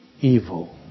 evil